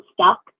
stuck